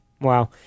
Wow